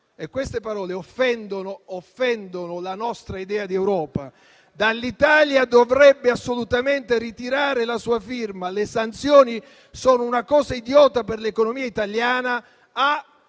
Queste parole offendono la nostra idea di Europa: da «l'Italia dovrebbe assolutamente ritirare la sua firma, le sanzioni sono una cosa idiota per l'economia italiana»